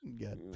God